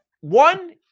One